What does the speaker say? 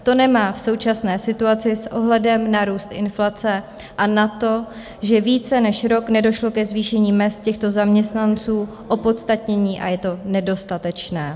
To nemá v současné situaci s ohledem na růst inflace a na to, že více než rok nedošlo ke zvýšení mezd těchto zaměstnanců, opodstatnění a je to nedostatečné.